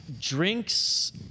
drinks